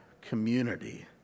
community